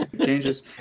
Changes